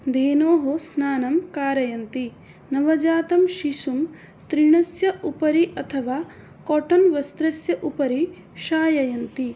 धेनोः स्नानं कारयन्ति नवजातं शिशुं तृणस्य उपरि अथवा काटन् वस्त्रस्य उपरि शाययन्ति